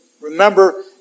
Remember